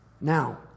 Now